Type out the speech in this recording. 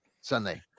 Sunday